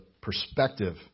perspective